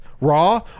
Raw